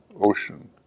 ocean